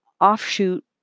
offshoot